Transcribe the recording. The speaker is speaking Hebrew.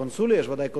קונסוליה.